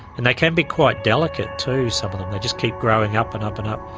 and they can be quite delicate too, some of them. they just keep growing up and up and up.